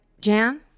Jan